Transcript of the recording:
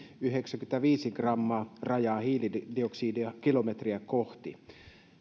yhdeksänkymmenenviiden gramman rajaa hiilidioksidia kilometriä kohti